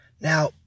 Now